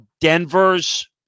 Denver's